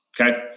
okay